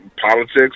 politics